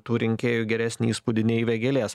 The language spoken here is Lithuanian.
tų rinkėjų geresnį įspūdį nei vėgėlės